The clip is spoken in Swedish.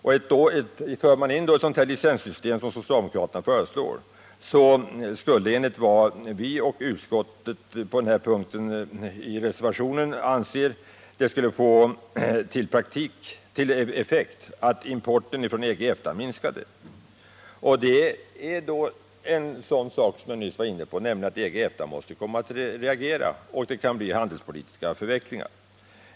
Inför man då ett sådant licenssystem som det socialdemokraterna föreslår, skulle effekten bli den att importen från EG och EFTA minskade. Som jag förut nämnde måste EG och EFTA komma att reagera på detta. Det kan alltså bli handelspolitiska förvecklingar.